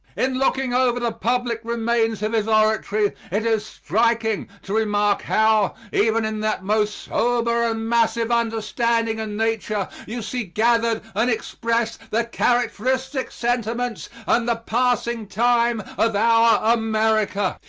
in looking over the public remains of his oratory, it is striking to remark how, even in that most sober and massive understanding and nature, you see gathered and expressed the characteristic sentiments and the passing time of our america.